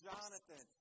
Jonathan